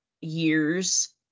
years